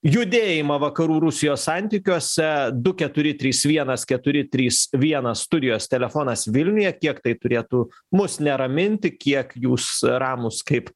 judėjimą vakarų rusijos santykiuose du keturi trys vienas keturi trys vienas studijos telefonas vilniuje kiek tai turėtų mus neraminti kiek jūs ramūs kaip